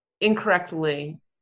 incorrectly